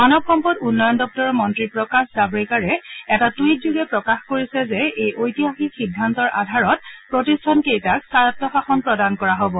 মানৱ সম্পদ উন্নয়ন দপ্তৰৰ মন্ত্ৰী প্ৰকাশ জাম্ৰেকাৰে এটা টুইটযোগে প্ৰকাশ কৰিছে যে এই ঐতিহাসিক সিদ্ধান্তৰ আধাৰত প্ৰতিষ্ঠান কেইটাক স্বায়ত্ব শাসন প্ৰদান কৰা হ'ব